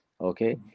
Okay